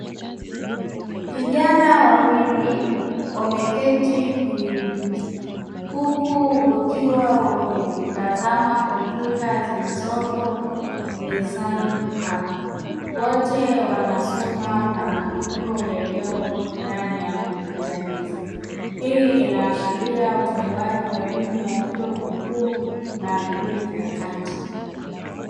Vijana wawili wameketi kwenye viti huku wakiwa wametazama kompyuta zilizopo mezani hapo, wote wanasoma maandiko yaliyopo ndani ya kompyuta hizi. Hii inaashiria utolewaji wa elimu ya vyuo vikuu na vyuo vya kati.